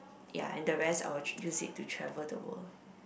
ya and the rest I will use it to travel the world